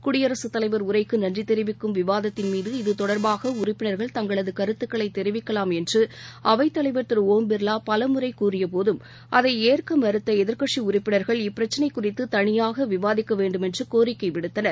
குடியரசுத் தலைவர் உரைக்குநன்றிதெரிவிக்கும் விவாதத்தின் மீது இது தொடர்பாகஉறுப்பினர்கள் தங்களதுகருத்துக்களைதெரிவிக்கலாம் என்றுஅவைத் தலைவர் திருஓம் பிர்லாபலமுறைகூறியபோதும் அதைஏற்கமறுத்தளதிர்க்கட்சிஉறுப்பினர்கள் இப்பிரச்னைகுறித்துதனியாகவிவாதிக்கவேண்டுமென்றுகோரிக்கைவிடுத்தனர்